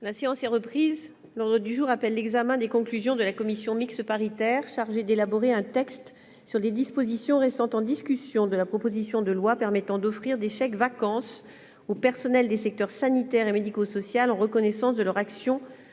La séance est reprise. L'ordre du jour appelle l'examen des conclusions de la commission mixte paritaire chargée d'élaborer un texte sur les dispositions restant en discussion de la proposition de loi permettant d'offrir des chèques-vacances aux personnels des secteurs sanitaire et médico-social en reconnaissance de leur action